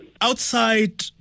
Outside